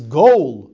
goal